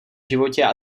životě